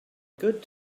good